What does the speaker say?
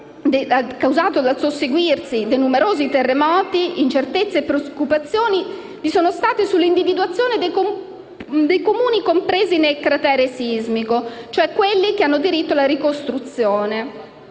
causato dal susseguirsi dei numerosi terremoti, vi sono state incertezze e preoccupazioni nell'individuazione dei Comuni compresi nel cratere sismico, cioè quelli che hanno diritto alla ricostruzione